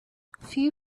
few